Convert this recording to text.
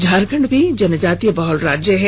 झारखंड भी जनजातीय बहुल राज्य है